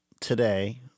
today